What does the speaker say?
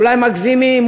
שאולי מגזימים,